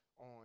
on